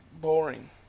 boring